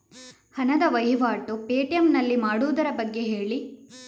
ಹಣದ ವಹಿವಾಟು ಪೇ.ಟಿ.ಎಂ ನಲ್ಲಿ ಮಾಡುವುದರ ಬಗ್ಗೆ ಹೇಳಿ